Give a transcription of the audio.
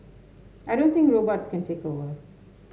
I don't think robots can take over